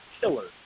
killer